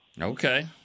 Okay